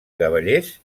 cavallers